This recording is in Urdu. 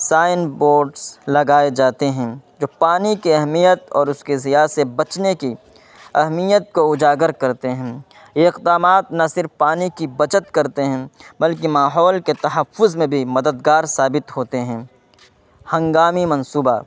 سائن بورڈس لگائیں جاتے ہیں جو پانی کی اہمیت اور اس کے زیاں سے بچنے کی اہمیت کو اجاگر کرتے ہیں یہ اقدامات نہ صرف پانی کی بچت کرتے ہیں بلکہ ماحول کے تحفظ میں بھی مددگار ثابت ہوتے ہیں ہنگامی منصوبہ